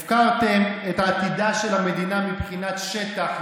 הפקרתם את עתידה של המדינה מבחינת שטח,